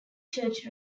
church